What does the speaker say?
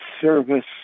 service